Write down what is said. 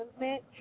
movement